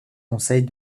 conseils